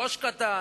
"ראש קטן".